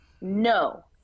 no